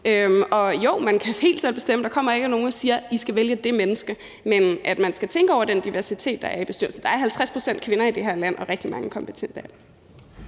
Jo, man kan helt selv bestemme. Der kommer ikke nogen og siger: I skal vælge det og det menneske. Men man skal tænke over den diversitet, der er i bestyrelsen. Der er 50 pct. kvinder i det her land og rigtig mange kompetente